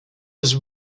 was